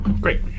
Great